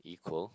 equal